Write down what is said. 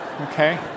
Okay